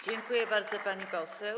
Dziękuję bardzo, pani poseł.